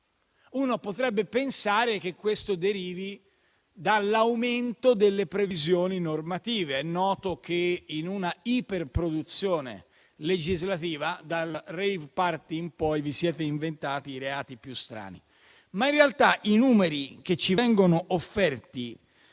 Uno potrebbe pensare che questo derivi dall'aumento delle previsioni normative, perché è noto che in una iperproduzione legislativa, da quello di *rave party* in poi, vi siete inventati i reati più strani. Ma in realtà i numeri che ci vengono offerti